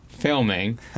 filming